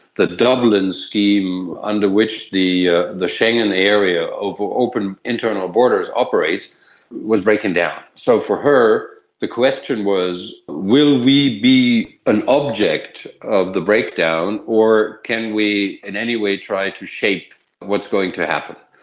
the dublin scheme under which the ah the schengen area of open internal borders operates was breaking down. so for her the question was will we be an object of the breakdown or can we in any way try to shape what's going to happen?